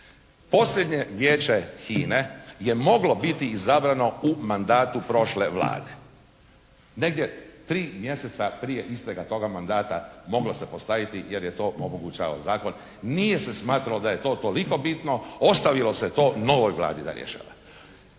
Posljednje Vijeće HINA-e je moglo biti izabrano u mandatu prošle Vlade. Negdje tri mjeseca prije isteka toga mandata moglo se postaviti jer je to omogućavao zakon. Nije se smatralo da je to toliko bitno. Ostavilo se to novoj Vladi da rješava.